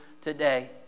today